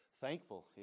thankful